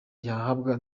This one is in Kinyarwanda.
yahabwa